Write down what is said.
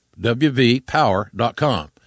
wvpower.com